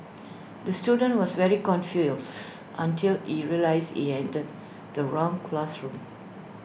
the student was very confused until he realised he entered the wrong classroom